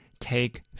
take